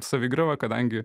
savigriova kadangi